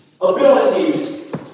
abilities